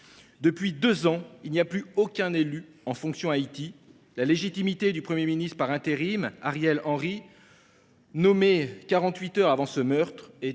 Depuis deux ans, il n’y a plus aucun élu en fonctions en Haïti ; la légitimité du Premier ministre par intérim, Ariel Henry, nommé quarante huit heures avant ce meurtre,